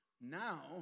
Now